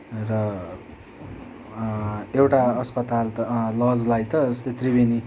र एउटा अस्पताल त लजलाई त अस्ति त्रिवेणी